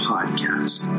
Podcast